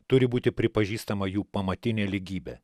turi būti pripažįstama jų pamatinė lygybė